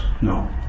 No